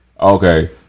okay